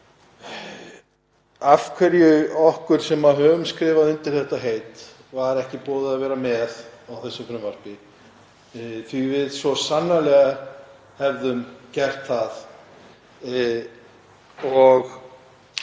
af hverju okkur sem höfum skrifað undir þetta heit var ekki boðið að vera með á þessu frumvarpi því að við hefðum svo sannarlega gert það og